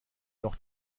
noch